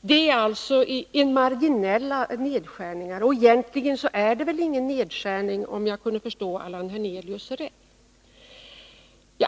Det skulle vara marginella nedskärningar — egentligen ingen nedskärning alls — om jag förstod Allan Hernelius rätt.